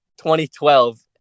2012